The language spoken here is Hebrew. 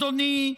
אדוני,